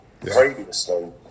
previously